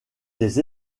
des